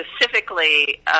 specifically